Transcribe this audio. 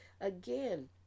again